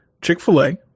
Chick-fil-A